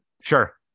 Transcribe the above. Sure